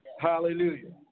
Hallelujah